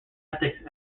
ethics